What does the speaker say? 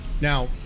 now